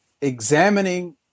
examining